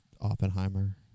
Oppenheimer